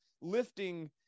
lifting